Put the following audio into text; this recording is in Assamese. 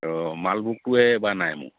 অঁ মালভোগটোৱে এইবাৰ নাই মোৰ